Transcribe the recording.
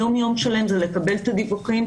היום יום שלהן הוא לקבל את הדיווחים,